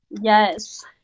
Yes